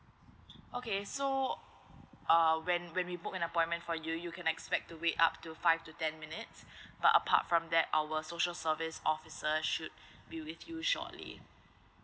okay so uh when when we book an appointment for you you can expect to wait up to five to ten minutes but apart from that our social service officer should be with you shortly